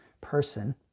person